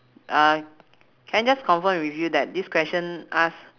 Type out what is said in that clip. uh can I just confirm with you that this question ask